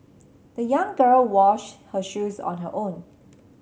the young girl washed her shoes on her own